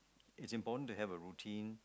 it's important to have routine